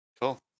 Cool